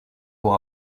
pour